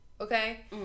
Okay